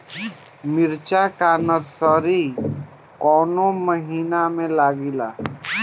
मिरचा का नर्सरी कौने महीना में लागिला?